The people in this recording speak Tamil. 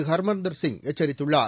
ஹர்மந்தர் சிங் எச்சரித்துள்ளார்